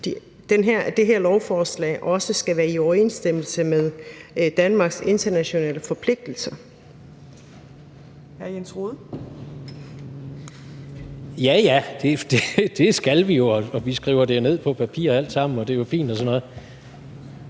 at det her lovforslag skal være i overensstemmelse med Danmarks internationale forpligtelser.